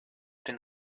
den